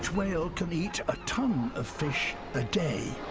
whale can eat a ton of fish a day.